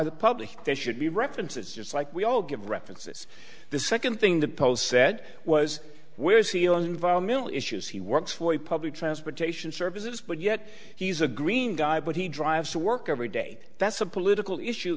the public there should be references just like we all give references the second thing the polls said was where is he on environmental issues he works for a public transportation services but yet he's a green guy but he drives to work every day that's a political issue